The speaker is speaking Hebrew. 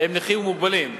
הם נכים ומוגבלים,